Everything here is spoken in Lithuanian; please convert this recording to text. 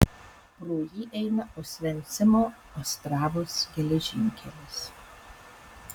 pro jį eina osvencimo ostravos geležinkelis